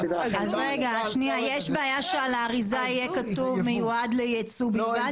יש בעיה שעל האריזה יהיה כתוב מיועד לייצוא בלבד?